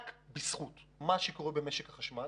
רק בזכות מה שקורה במשק החשמל